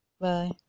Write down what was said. Bye